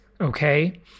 okay